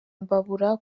mbabura